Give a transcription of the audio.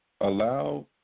allow